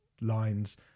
lines